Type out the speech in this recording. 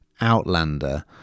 Outlander